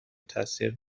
تاثیر